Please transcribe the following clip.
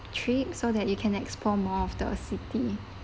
trip so that you can explore more of the city